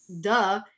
duh